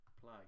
Play